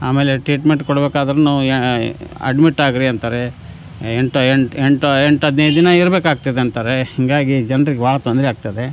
ಆಮೇಲೆ ಟ್ರೀಟ್ಮೆಂಟ್ ಕೊಡ್ಬೇಕಾದ್ರೂನು ಅಡ್ಮಿಟ್ ಆಗಿರಿ ಅಂತಾರೆ ಎಂಟೋ ಎಂಟೋ ಎಂಟು ಹದಿನೈದು ದಿನ ಇರಬೇಕಾಗ್ತದೆ ಅಂತಾರೆ ಹೀಗಾಗಿ ಜನರಿಗೆ ಭಾಳ ತೊಂದರೆ ಆಗ್ತದೆ